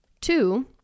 Two